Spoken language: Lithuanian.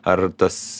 ar tas